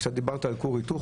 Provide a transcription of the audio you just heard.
דיברת על כור היתוך.